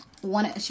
One